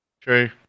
True